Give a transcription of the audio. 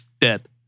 Dead